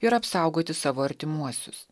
ir apsaugoti savo artimuosius